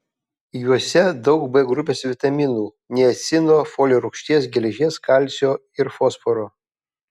juose daug b grupės vitaminų niacino folio rūgšties geležies kalcio ir fosforo